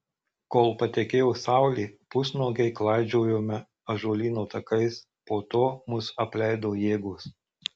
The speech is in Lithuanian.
kol patekėjo saulė pusnuogiai klaidžiojome ąžuolyno takais po to mus apleido jėgos